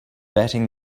batting